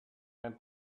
and